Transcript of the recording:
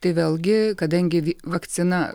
tai vėlgi kadangi vakcina